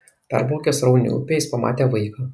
perplaukęs sraunią upę jis pamatė vaiką